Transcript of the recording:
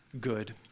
good